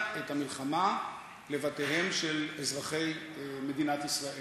את המלחמה לבתיהם של אזרחי מדינת ישראל,